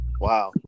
Wow